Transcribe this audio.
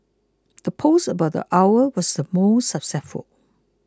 the post about the owl was the most successful